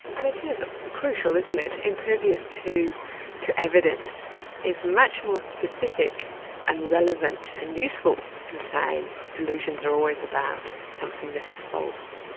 and it is crucial isn't it? impervious to to evidence is much more specific and relevant and useful than saying delusions are always about something that is false.